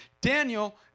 Daniel